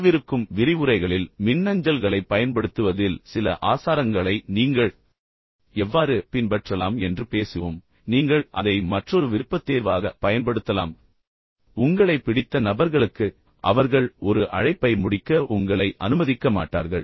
வரவிருக்கும் விரிவுரைகளில் மின்னஞ்சல்களைப் பயன்படுத்துவதில் சில ஆசாரங்களை நீங்கள் எவ்வாறு பின்பற்றலாம் என்பதைப் பற்றியும் பேசுவோம் ஆனால் இப்போது நீங்கள் அதை மற்றொரு விருப்பத்தேர்வாக பயன்படுத்தலாம் குறிப்பாக உங்களைப் பிடித்துக் கொள்ளும் நபர்களுக்கு பின்னர் அவர்கள் ஒரு அழைப்பை முடிக்க உங்களை அனுமதிக்க மாட்டார்கள்